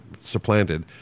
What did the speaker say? supplanted